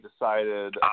decided